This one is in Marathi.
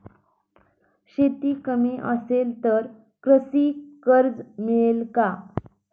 शेती कमी असेल तर कृषी कर्ज मिळेल का?